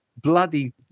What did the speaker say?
bloody